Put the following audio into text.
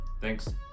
thanks